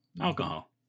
Alcohol